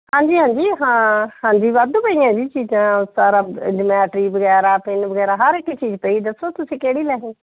ਹਾਂਜੀ ਹਾਂਜੀ ਹਾਂ ਹਾਂਜੀ ਵਾਧੂ ਪਈਆਂ ਜੀ ਚੀਜ਼ਾਂ ਸਾਰਾ ਜਮੈਟਰੀ ਵਗੈਰਾ ਪੈੱਨ ਵਗੈਰਾ ਹਰ ਇੱਕ ਚੀਜ਼ ਪਈ ਦੱਸੋ ਤੁਸੀਂ ਕਿਹੜੀ ਲੈਣੀ